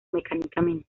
mecánicamente